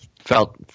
felt